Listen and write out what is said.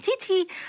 Titi